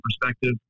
perspective